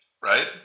Right